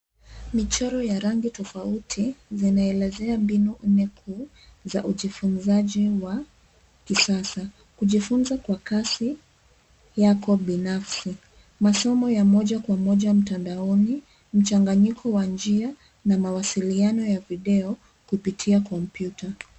Michoro ya rangi tofauti zinaelezea mbinu nne kuu za ujifunzaji wa kisasa. Kujifunza kwa kasi yako binafsi, masomo ya moja kwa moja mtandaoni, mchanganyiko wa njia na mawasiliano ya video kupitia kompyuta.